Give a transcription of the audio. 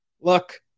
Look